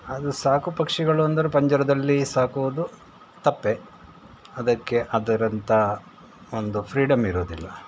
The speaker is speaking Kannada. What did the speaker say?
ಅದು ಸಾಕು ಪಕ್ಷಿಗಳು ಅಂದರೆ ಪಂಜರದಲ್ಲಿ ಸಾಕುವುದು ತಪ್ಪೇ ಅದಕ್ಕೆ ಅದರಂತ ಒಂದು ಫ್ರೀಡಂ ಇರೋದಿಲ್ಲ